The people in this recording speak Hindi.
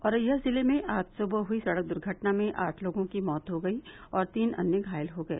औरैया जिले में आज सुबह हुई सड़क दुर्घटना में आठ लोगों की मौत हो गई और तीन अन्य घायल हो गए